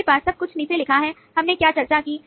हमारे पास सब कुछ नीचे लिखा है हमने क्या चर्चा की